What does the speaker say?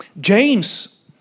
James